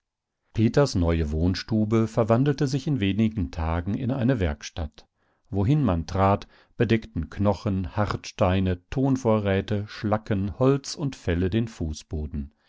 peters neue wohnstube verwandelte sich in wenigen tagen in eine werkstatt wohin man trat bedeckten knochen hartsteine tonvorräte schlacken holz und felle den fußboden